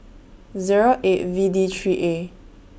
Zero eight V D three A